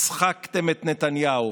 הצחקתם את נתניהו.